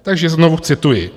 Takže znovu cituji;